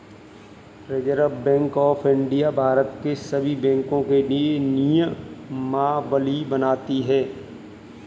reserve Bank of India Bharat के सभी बैंकों के लिए नियमावली बनाती है